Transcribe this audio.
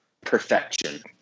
perfection